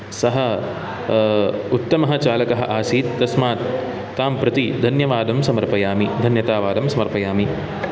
सः उत्तमः चालकः आसीत् तस्मात् तां प्रति धन्यवादं समर्पयामि धन्यतावादं समर्पयामि